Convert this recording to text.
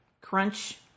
Crunch